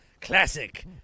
classic